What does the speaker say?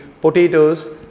potatoes